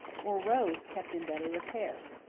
or roads kept in better repair.